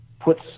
puts